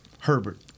Herbert